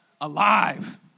alive